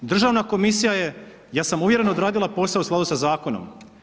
Državna komisija je samouvjereno odradila posao u skladu sa zakonom.